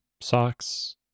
socks